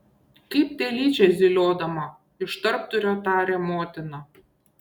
kaip telyčia zyliodama iš tarpdurio taria motina